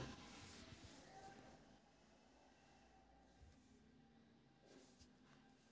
वेळेसकट लाभ सुद्धा वाढेल